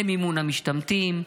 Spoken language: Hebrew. למימון המשתמטים,